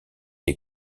des